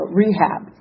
rehab